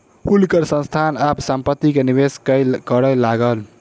हुनकर संस्थान आब संपत्ति में निवेश करय लागल